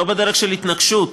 לא בדרך של התנגשות,